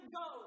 go